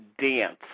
dance